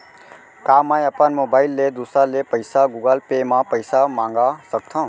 का मैं अपन मोबाइल ले दूसर ले पइसा गूगल पे म पइसा मंगा सकथव?